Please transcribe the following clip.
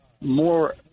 more